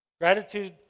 Gratitude